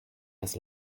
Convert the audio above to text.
das